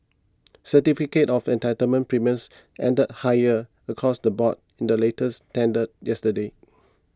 certificate of entitlement premiums ended higher across the board in the latest tender yesterday